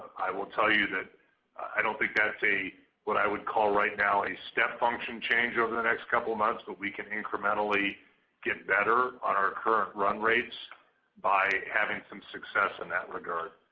i will tell you that i don't think that's a what i would call right now a step function change over the next couple months, but we can incrementally get better on our current run rates by having some success in that regard.